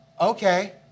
Okay